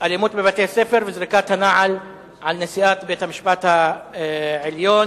אלימות בבתי-המשפט וזריקת הנעל על נשיאת בית-המשפט העליון,